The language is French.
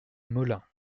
molain